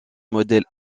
modèle